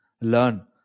learn